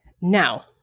now